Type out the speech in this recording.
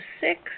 six